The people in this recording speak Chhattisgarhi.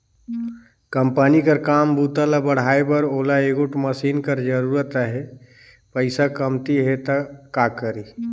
कंपनी कर काम बूता ल बढ़ाए बर ओला एगोट मसीन कर जरूरत अहे, पइसा कमती हे त का करी?